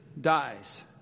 dies